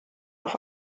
auf